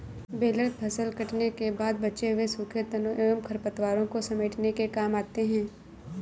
baler फसल कटने के बाद बचे हुए सूखे तनों एवं खरपतवारों को समेटने के काम आते हैं